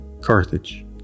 Carthage